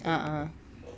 ah